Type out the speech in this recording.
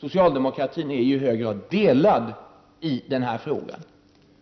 Socialdemokratin är i hög grad delad i den här frågan.